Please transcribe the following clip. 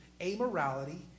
amorality